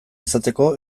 izateko